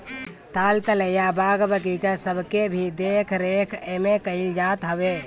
ताल तलैया, बाग बगीचा सबके भी देख रेख एमे कईल जात हवे